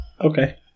Okay